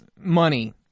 Money